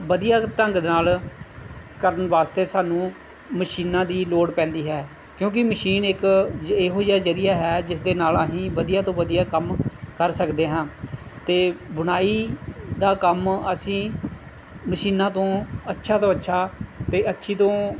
ਵਧੀਆ ਢੰਗ ਦੇ ਨਾਲ ਕਰਨ ਵਾਸਤੇ ਸਾਨੂੰ ਮਸ਼ੀਨਾਂ ਦੀ ਲੋੜ ਪੈਂਦੀ ਹੈ ਕਿਉਂਕਿ ਮਸ਼ੀਨ ਇੱਕ ਇਹੋ ਜਿਹਾ ਜ਼ਰੀਆ ਹੈ ਜਿਸ ਦੇ ਨਾਲ ਅਸੀਂ ਵਧੀਆ ਤੋਂ ਵਧੀਆ ਕੰਮ ਕਰ ਸਕਦੇ ਹਾਂ ਅਤੇ ਬੁਣਾਈ ਦਾ ਕੰਮ ਅਸੀਂ ਮਸ਼ੀਨਾਂ ਤੋਂ ਅੱਛਾ ਤੋਂ ਅੱਛਾ ਅਤੇ ਅੱਛੀ ਤੋਂ